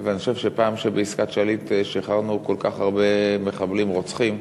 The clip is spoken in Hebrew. אני חושב שאחרי שבעסקת שליט שחררנו כל כך הרבה מחבלים רוצחים,